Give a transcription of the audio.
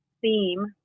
theme